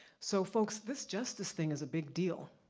so folks, this justice thing is a big deal.